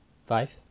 five